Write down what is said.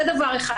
זה דבר אחד,